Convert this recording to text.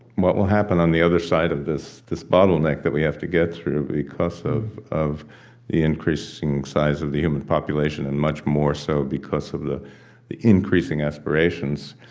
what will happen on the other side of this this bottleneck that we have to get through, because of of the increasing size of the human population. and much more so because of the the increasing aspirations,